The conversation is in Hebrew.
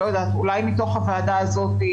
אולי מתוך הוועדה הזאת,